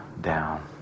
down